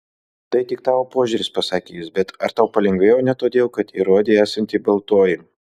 tai tik tavo požiūris pasakė jis bet ar tau palengvėjo ne todėl kad įrodei esanti baltoji